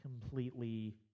completely